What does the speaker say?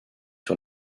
sur